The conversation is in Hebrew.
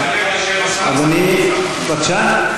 אבל רק אדם יכול להיות סבא,